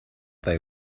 they